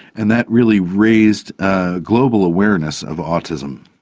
and that really raised ah global awareness of autism.